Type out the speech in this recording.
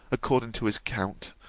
according to his account,